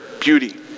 beauty